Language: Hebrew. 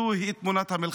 זוהי תמונת המלחמה.